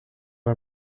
are